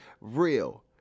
real